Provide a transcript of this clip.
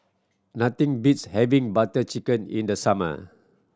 nothing beats having Butter Chicken in the summer